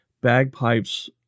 bagpipes